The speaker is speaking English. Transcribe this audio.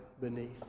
beneath